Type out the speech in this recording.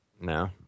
No